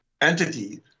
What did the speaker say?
entity